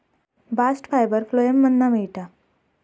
bast fibre phloem मधना मिळता